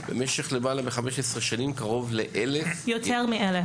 במשך למעלה מ-15 שנים קרוב ל-1,000 --- יותר מ-1,000.